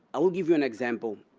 i will give you an example.